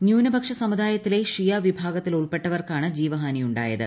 ന്യൂനപക്ഷ സമുദായത്തിലെ ഷിയ വിഭാഗത്തിൽ ഉൾപ്പെട്ടവർക്കാണ് ജീവഹാനിയുണ്ടായത്